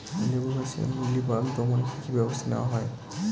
লেবু গাছে মিলিবাগ দমনে কী কী ব্যবস্থা নেওয়া হয়?